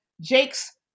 Jakes